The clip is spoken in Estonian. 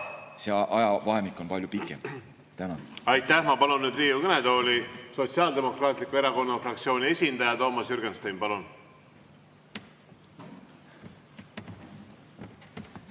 see ajavahemik on palju pikem. Tänan! Aitäh! Ma palun nüüd Riigikogu kõnetooli Sotsiaaldemokraatliku Erakonna fraktsiooni esindaja Toomas Jürgensteini.